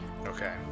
Okay